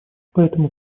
поэтому